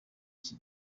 iki